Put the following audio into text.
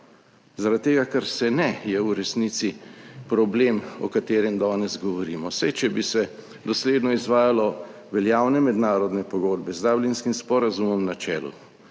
Zaradi tega, ker se ne, je v resnici problem o katerem danes govorimo. Saj, če bi se dosledno izvajalo veljavne mednarodne pogodbe z Dublinskim sporazumom na čelu,